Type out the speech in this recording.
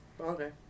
Okay